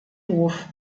hof